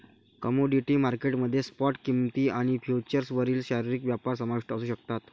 commodity market मध्ये spot किंमती आणि फ्युचर्सवरील शारीरिक व्यापार समाविष्ट असू शकतात